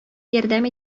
ярдәм